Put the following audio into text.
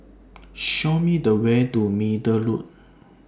Show Me The Way to Middle Road